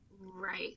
Right